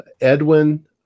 Edwin